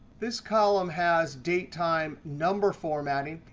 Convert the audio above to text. this column has date time number formatting.